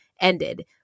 ended